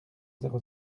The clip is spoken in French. zéro